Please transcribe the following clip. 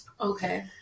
okay